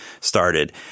started